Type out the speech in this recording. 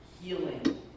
healing